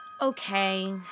Okay